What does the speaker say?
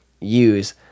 use